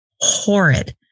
horrid